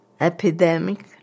epidemic